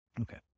Okay